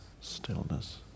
stillness